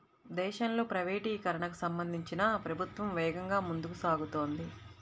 దేశంలో ప్రైవేటీకరణకు సంబంధించి ప్రభుత్వం వేగంగా ముందుకు సాగుతోంది